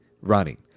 running